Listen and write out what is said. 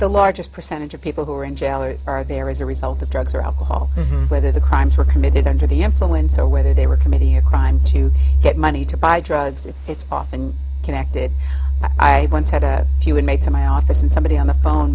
the largest percentage of people who are in jail or are there as a result of drugs or alcohol whether the crimes were committed under the influence or whether they were committing a crime to get money to buy drugs and it's often connected i once had a few inmates in my office and somebody on the phone